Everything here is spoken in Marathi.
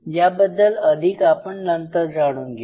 याबद्दल अधिक आपण नंतर जाणून घेऊ